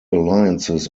alliances